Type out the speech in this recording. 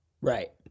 Right